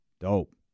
dope